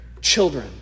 children